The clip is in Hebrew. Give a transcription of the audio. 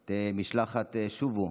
את משלחת "שובו",